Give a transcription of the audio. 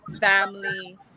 family